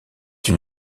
une